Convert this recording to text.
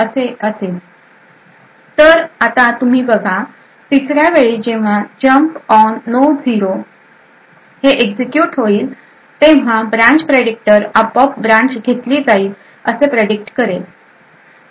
तर आता तुम्ही बघा तिसऱ्या वेळी जेव्हा जंप ऑन नो झिरो हे एक्झिक्युट होईल तेव्हा ब्रांच प्रेडिक्टर आपोआप ब्रांच घेतली जाईल असे प्रेडिक्ट करेल